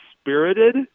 spirited